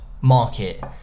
market